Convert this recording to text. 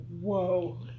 Whoa